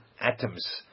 atoms